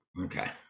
okay